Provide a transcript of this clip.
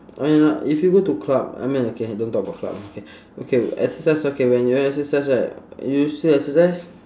I mean uh if you go to club I mean okay don't talk about club okay okay exercise okay when you exercise right you still exercise